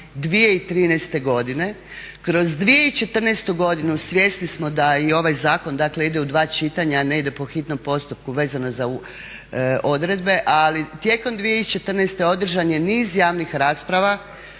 2013. godine. Kroz 2014. godinu svjesni smo da i ovaj zakon dakle ide u dva čitanja, a ne ide po hitnom postupku vezano za odredbe, ali tijekom 2014. održan je niz javnih rasprava